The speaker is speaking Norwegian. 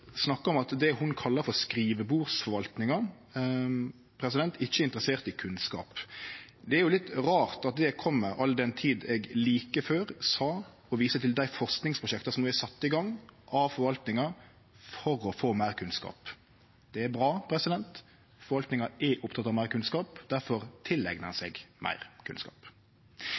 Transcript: snakkar om at det ho kallar for skrivebordsforvaltinga, ikkje er interessert i kunnskap. Det er litt rart at det kjem, all den tid eg like før viste til dei forskingsprosjekta som er sette i gong av forvaltinga for å få meir kunnskap. Det er bra. Forvaltinga er oppteken av meir kunnskap, difor tileignar ein seg meir kunnskap.